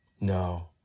No